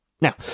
Now